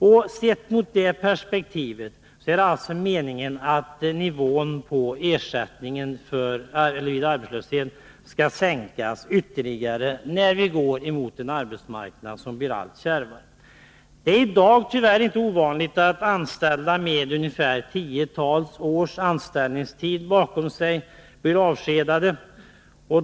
I detta perspektiv är det alltså man skall se att nivån på ersättningen vid arbetslöshet skall sänkas ytterligare, när vi går emot en arbetsmarknad som blir allt kärvare. Det är i dag tyvärr inte ovanligt att anställda med tiotals års anställningstid bakom sig blir avskedade.